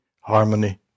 harmony